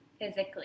physically